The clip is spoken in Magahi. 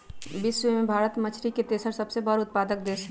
विश्व में भारत मछरी के तेसर सबसे बड़ उत्पादक देश हई